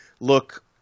look